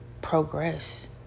Progress